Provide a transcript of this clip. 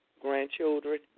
grandchildren